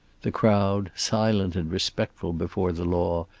the crowd, silent and respectful before the law,